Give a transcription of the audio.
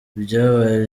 ibyabaye